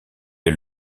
est